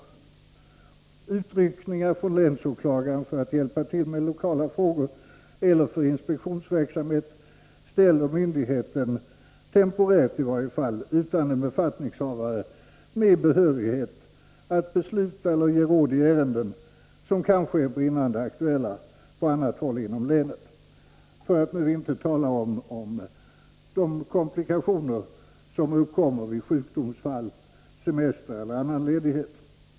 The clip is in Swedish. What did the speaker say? Utryckningar från länsåklagaren för att hjälpa till med lokala frågor eller för att utföra inspektionsverksamhet ställer, i varje fall temporärt, myndigheten utan en befattningshavare med behörighet att besluta eller ge råd i ärenden, som kan vara brinnande aktuella — på annat håll inom länet; för att inte tala om de komplikationer som uppkommer vid sjukdomsfall, semestrar eller annan ledighet.